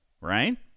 right